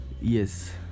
Yes